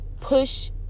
push